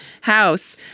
house